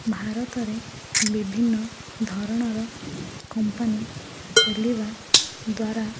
ଭାରତରେ ବିଭିନ୍ନ ଧରଣର କମ୍ପାନୀ ଖୋଲିବା ଦ୍ୱାରା